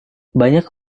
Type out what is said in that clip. banyak